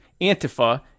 Antifa